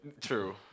true